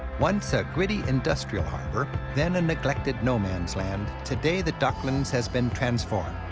once a gritty industrial harbor, then a neglected no-man's-land today the docklands has been transformed.